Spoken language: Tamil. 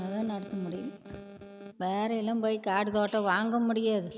அதுதான் நடத்த முடியும் வேறயெல்லம் போய் காடு தோட்டம் வாங்க முடியாது